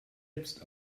jetzt